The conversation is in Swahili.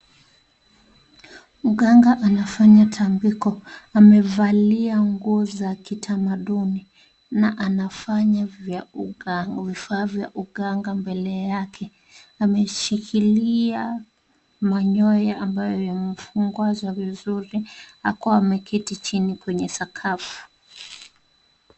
Mganga anafanya tambiko, amevalia nguo za kitamadhuni na anafanya vya vifaa vya uganga mbele yake, ameshikilia manyoya ambayo yamefungwasha vizuri akiwa ameketi chini kwenye sakafu.